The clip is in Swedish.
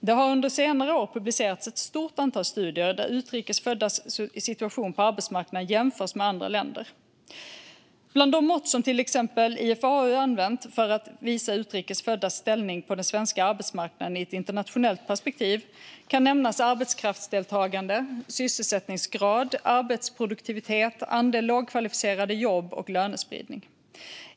Det har under senare år publicerats ett stort antal studier där utrikes föddas situation på arbetsmarknaden jämförs med andra länder. Bland de mått som till exempel IFAU använt för att visa utrikes föddas ställning på den svenska arbetsmarknaden i ett internationellt perspektiv kan nämnas arbetskraftsdeltagande, sysselsättningsgrad, arbetsproduktivitet, andel lågkvalificerade jobb och lönespridning.